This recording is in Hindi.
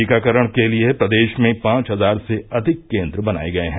टीकाकरण के लिये प्रदेश में पांच हजार से अधिक केन्द्र बनाये गये हैं